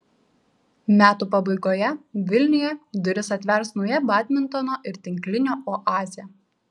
metų pabaigoje vilniuje duris atvers nauja badmintono ir tinklinio oazė